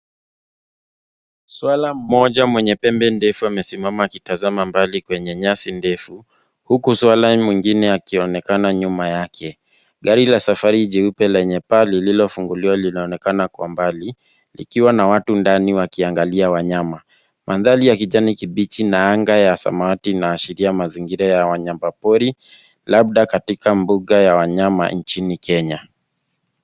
Swara mmoja mwenye pembe ndefu amesimama akitazama mbali kwenye nyasi ndefu huku swara mwengine akionekana nyuma yake. Gari la safari jeupe lenye paa lililofunguliwa linaonekana kwa mbali likiwa na watu ndani wakiangalia wanyama. Mandhari ya kijani kibichi na anga ya samawati inaashiria mazingira ya wanyama pori labda katika mbuga ya wanyama nchini Kenya.